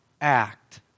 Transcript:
act